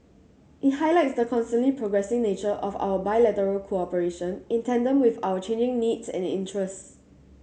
it highlights the constantly progressing nature of our bilateral cooperation in tandem with our changing needs and interests